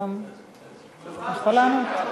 אתה יכול לענות.